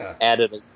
added